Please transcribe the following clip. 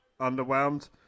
underwhelmed